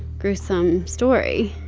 gruesome story?